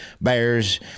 bears